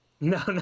No